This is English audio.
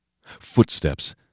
Footsteps